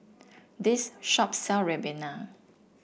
this shop sell Ribena